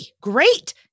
great